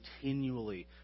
continually